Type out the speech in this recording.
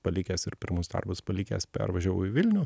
palikęs ir pirmus darbus palikęs pervažiavau į vilnių